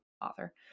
author